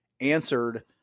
answered